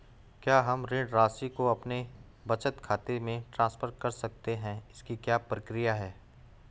क्या हम ऋण राशि को अपने बचत खाते में ट्रांसफर कर सकते हैं इसकी क्या प्रक्रिया है?